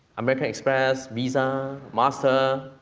american express, visa, master,